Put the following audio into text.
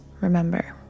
remember